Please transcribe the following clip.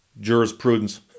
jurisprudence